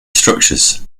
structures